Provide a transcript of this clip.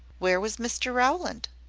where was mr rowland?